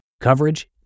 coverage